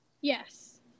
Yes